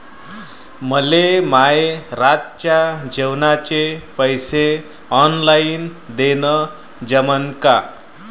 मले माये रातच्या जेवाचे पैसे ऑनलाईन देणं जमन का?